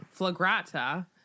flagrata